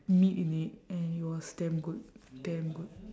meat in it and it was damn good damn good